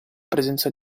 presenza